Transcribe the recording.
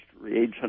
reagent